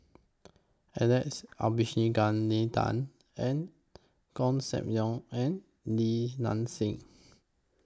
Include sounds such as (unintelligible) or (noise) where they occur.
Alex Abisheganaden and (unintelligible) SAM Leong and Li Nanxing